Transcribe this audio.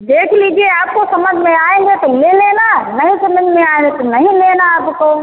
देख लीजिए आपको समझ में आएंगे तो ले लेना नहीं समझ में आए तो नहीं लेना अब तो